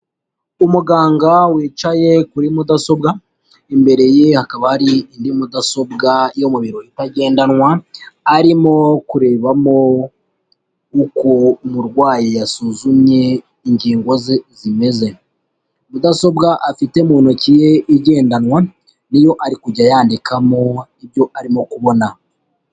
Umuganga wicaye kuri mudasobwa, imbere ye hakaba hari indi mudasobwa yo mu biro itagendanwa, arimo kurebamo uko umurwayi yasuzumye ingingo ze zimeze. Mudasobwa afite mu ntoki ye igendanwa niyo ari kujya yandikamo ibyo arimo kubona.